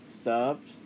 Stopped